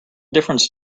difference